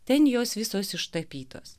ten jos visos ištapytos